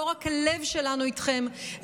לא רק הלב שלנו איתכם,